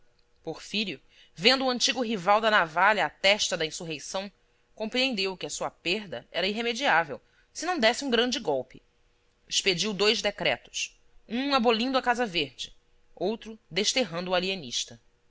vila porfírio vendo o antigo rival da navalha à testa da insurreição compreendeu que a sua perda era irremediável se não desse um grande golpe expediu dois decretos um abolindo a casa verde outro desterrando o alienista joão